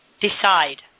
decide